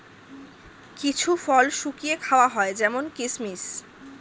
কিছু ফল শুকিয়ে খাওয়া হয় যেমন কিসমিস